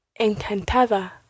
Encantada